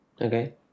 Okay